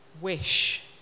wish